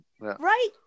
Right